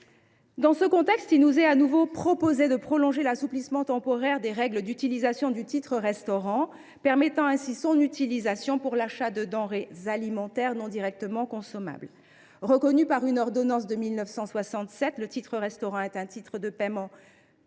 Dans ce contexte, il nous est de nouveau proposé de prolonger l’assouplissement temporaire des règles d’utilisation du titre restaurant, afin de permettre son utilisation pour l’achat de denrées alimentaires non directement consommables. Reconnu par une ordonnance de 1967, le titre restaurant est un titre de paiement